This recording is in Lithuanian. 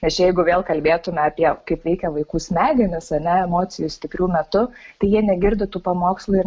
nes čia jeigu vėl kalbėtume apie kaip veikia vaikų smegenys ar ne emocijų stiprių metu tai jie negirdi tų pamokslų ir